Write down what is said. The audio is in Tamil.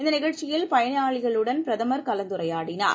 இந்த நிகழ்ச்சியில் பயனாளிகளுடனும் பிரதமர் கலந்துரையாடினார்